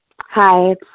Hi